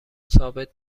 ثابت